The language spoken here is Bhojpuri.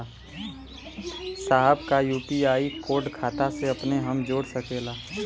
साहब का यू.पी.आई कोड खाता से अपने हम जोड़ सकेला?